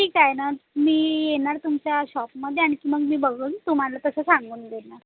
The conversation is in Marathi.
ठीक आहे ना मी येणार तुमच्या शॉपमध्ये आणखी मग मी बघून तुम्हाला तसं सांगून देणार